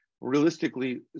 Realistically